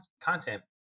content